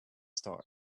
star